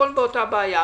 הכול אותה בעיה.